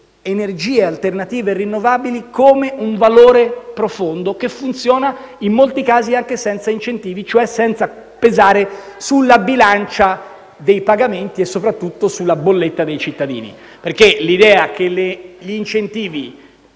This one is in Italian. energie alternative rinnovabili come valore profondo, che funziona in molti casi anche senza incentivi, cioè senza pesare sulla bilancia dei pagamenti e soprattutto sulla bolletta dei cittadini. *(Commenti della senatrice